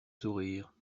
sourire